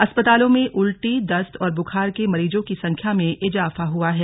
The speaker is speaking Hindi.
अस्पतालों में उल्टी दस्त और ब्खार के मरीजों की संख्या में इजाफा हुआ है